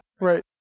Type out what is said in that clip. Right